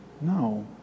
No